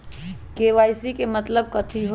KYC के मतलब कथी होई?